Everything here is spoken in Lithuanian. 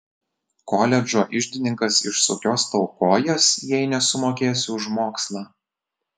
koledžo iždininkas išsukios tau kojas jei nesumokėsi už mokslą